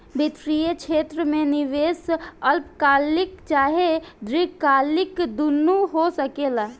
वित्तीय क्षेत्र में निवेश अल्पकालिक चाहे दीर्घकालिक दुनु हो सकेला